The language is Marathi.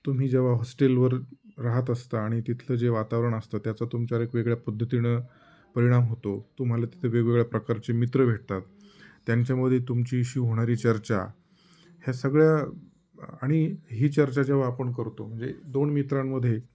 तुम्ही जेव्हा हॉस्टेलवर राहत असता आणि तिथलं जे वातावरण असतं त्याचा तुमच्यावर एक वेगळ्या पद्धतीनं परिणाम होतो तुम्हाला तिथे वेगवेगळ्या प्रकारचे मित्र भेटतात त्यांच्यामध्ये तुमची शि होणारी चर्चा ह्या सगळ्या आणि ही चर्चा जेव्हा आपण करतो म्हणजे दोन मित्रांमध्ये